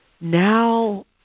now